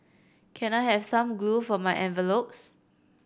can I have some glue for my envelopes